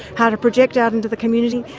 how to project out into the community.